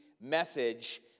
message